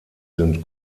sind